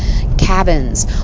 cabins